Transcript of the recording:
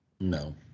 No